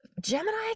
gemini